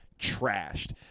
trashed